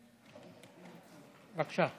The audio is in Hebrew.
בבקשה.